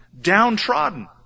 downtrodden